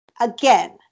Again